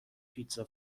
پیتزا